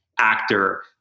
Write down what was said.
actor